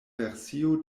versio